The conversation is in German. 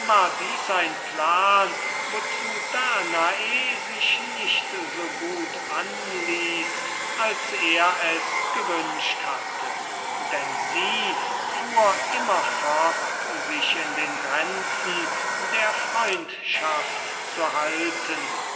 war dieses ein plan wozu danae welche dieses mal keine sylphide spielen wollte sich nicht so gut anließ als er es gewünscht hatte sie fuhr immer fort sich in den grenzen der freundschaft zu halten